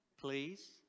Please